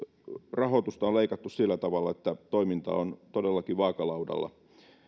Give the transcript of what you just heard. rahoitusta on leikattu sillä tavalla että toiminta on todellakin vaakalaudalla